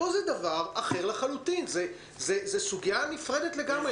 פה זה דבר אחר לחלוטין, זה סוגיה נפרדת לגמרי.